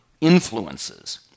influences